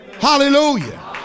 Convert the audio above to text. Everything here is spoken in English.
Hallelujah